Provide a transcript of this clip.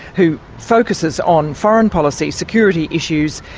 who focuses on foreign policy, security issues,